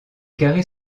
carrés